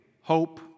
hope